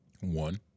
One